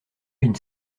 une